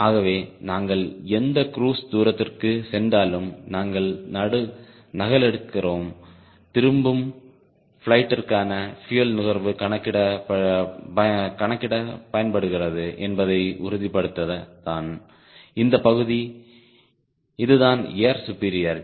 ஆகவே நாங்கள் எந்த க்ரூஸ் தூரத்திற்கு சென்றாலும் நாங்கள் நகலெடுக்கிறோம் திரும்பும் பிளைடிற்கான பியூயல் நுகர்வு கணக்கிட பயன்படுகிறது என்பதை உறுதிப்படுத்த தான் இந்த பகுதி இது தான் ஏர் சுபீரியாரிடி